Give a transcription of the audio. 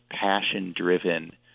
passion-driven